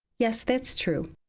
yes, that's true.